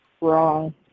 wrong